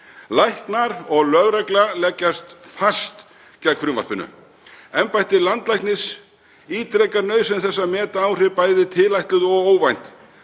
Læknar og lögregla leggjast fast gegn frumvarpinu. Embætti landlæknis ítrekar nauðsyn þess að meta áhrif, bæði tilætluð og óvænt.